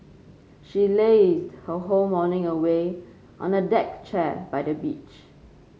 she lazed her whole morning away on a deck chair by the beach